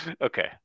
Okay